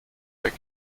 der